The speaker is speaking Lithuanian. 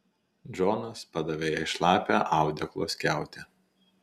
džonas padavė jai šlapią audeklo skiautę